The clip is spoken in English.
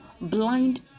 blind